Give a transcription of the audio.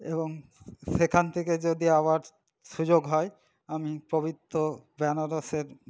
এবং সেখান থেকে যদি আবার সুযোগ হয় আমি পবিত্ত বেনারসের